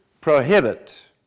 prohibit